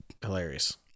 Hilarious